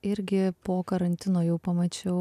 irgi po karantino jau pamačiau